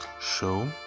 show